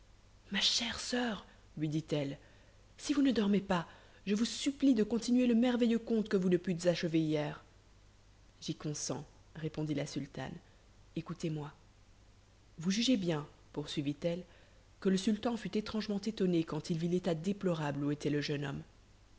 ma chère soeur lui dit-elle si vous ne dormez pas je vous supplie de continuer le merveilleux conte que vous ne pûtes achever hier j'y consens répondit la sultane écoutez-moi vous jugez bien poursuivit-elle que le sultan fut étrangement étonné quand il vit l'état déplorable où était le jeune homme